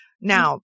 Now